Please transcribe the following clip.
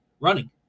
running